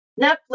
Netflix